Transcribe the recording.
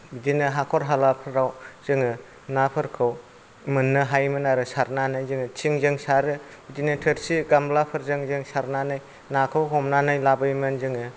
बिदिनो हाखर हालाफोराव जोङो नाफोरखौ मोननो हायोमोन आरो सारनानै जोङो थिंजों सारो बिदिनो थोरसि गामलाफोरजों जों सारनानै नाखौ हमनानै लाबोयोमोन जोङो